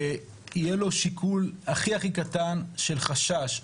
יהיה לו שיקול הכי קטן של חשש,